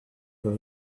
for